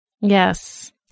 Yes